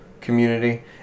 community